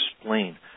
explain